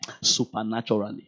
Supernaturally